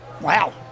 Wow